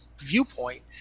viewpoint